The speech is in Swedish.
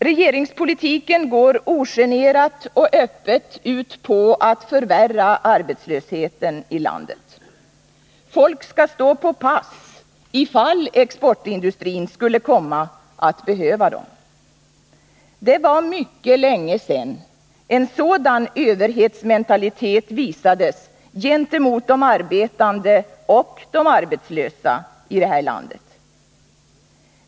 Regeringspolitiken går ogenerat och öppet ut på att förvärra arbetslösheten i landet. Folk skall stå på pass ifall exportindustrin skulle komma att behöva dem. Det var mycket länge sedan en sådan överhetsmentalitet visades gentemot de arbetande och arbetslösa i det här landet.